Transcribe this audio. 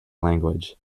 language